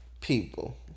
People